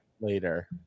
later